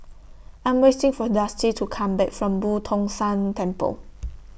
I'm waiting For Dusty to Come Back from Boo Tong San Temple